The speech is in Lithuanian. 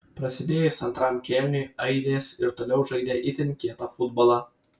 prasidėjus antram kėliniui airės ir toliau žaidė itin kietą futbolą